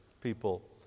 people